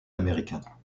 américains